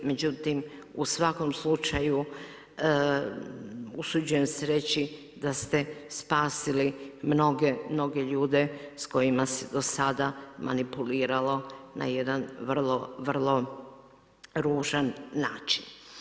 Međutim, u svakom slučaju usuđujem se reći da ste spasili mnoge, mnoge ljude s kojima se do sada manipuliralo na jedan vrlo, vrlo ružan način.